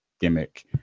gimmick